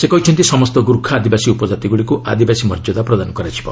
ସେ କହିଛନ୍ତି ସମସ୍ତ ଗ୍ରୁଖା ଆଦିବାସୀ ଉପଜାତିଗ୍ରଡ଼ିକ୍ ଆଦିବାସୀ ମର୍ଯ୍ୟଦା ପ୍ରଦାନ କରାଯିବ